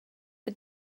but